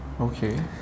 okay